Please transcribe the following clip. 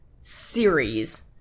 series